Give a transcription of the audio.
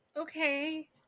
Okay